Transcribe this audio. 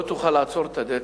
לא תוכל לעצור את הדלת